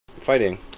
fighting